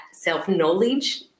self-knowledge